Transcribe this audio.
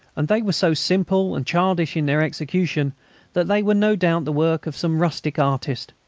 and they were so simple and childish in their execution that they were no doubt the work of some rustic artist.